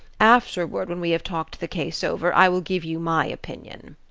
afterward, when we have talked the case over, i will give you my opinion.